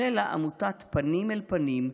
החלה עמותת פנים אל פנים,